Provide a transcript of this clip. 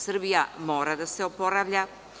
Srbija mora da se oporavlja.